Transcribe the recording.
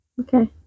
Okay